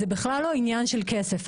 זה בכלל לא עניין של כסף.